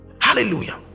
Hallelujah